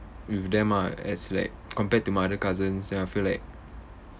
with them ah as like compared to my other cousins ya I feel like